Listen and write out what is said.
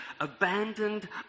abandoned